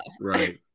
Right